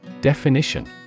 Definition